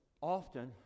Often